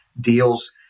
deals